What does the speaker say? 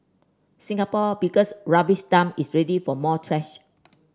Singapore biggest rubbish dump is ready for more trash